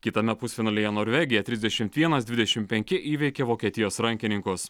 kitame pusfinalyje norvegija trisdešimt vienas dvidešimt penki įveikė vokietijos rankininkus